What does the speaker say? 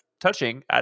touching